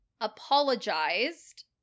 apologized